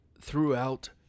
throughout